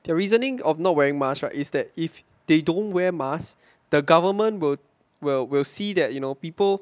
their reasoning of not wearing mask right is that if they don't wear mask the government will will will see that you know people